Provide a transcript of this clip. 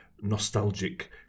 nostalgic